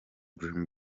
dream